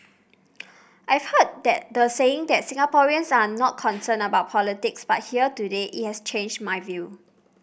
I've heard that the saying that Singaporeans are not concerned about politics but here today it has changed my view